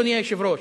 אדוני היושב-ראש,